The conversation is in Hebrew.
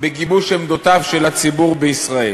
בגיבוש עמדותיו של הציבור בישראל.